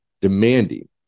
demanding